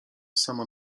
sama